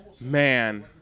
man